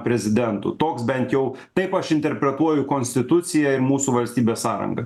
prezidentu toks bent jau taip aš interpretuoju konstituciją ir mūsų valstybės sąrangą